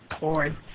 board